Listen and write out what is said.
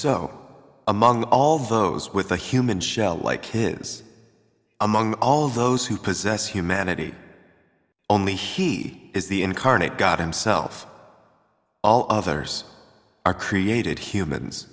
so among all those with a human shell like is among all those who possess humanity only he is the incarnate god himself all others are created humans